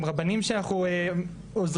גם רבנים שאנחנו נעזרים.